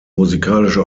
musikalische